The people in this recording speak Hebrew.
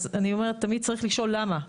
תמיד צריך לשאול למה,